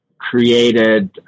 created